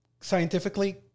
Scientifically